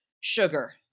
Sugar